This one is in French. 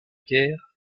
guerre